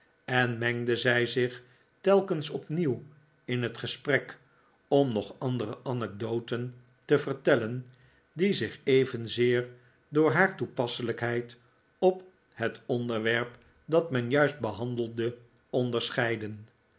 en mengde zij zich telkens opnieuw in het gesprek om nog andere anecdoten te vertellen die zich evenzeer door haar toepasselijkheid op het onderwerp dat men juist behandelde onderscheidden